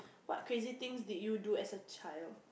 what crazy things did you do as a child